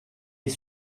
les